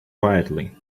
quietly